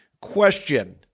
Question